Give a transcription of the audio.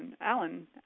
Alan